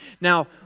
Now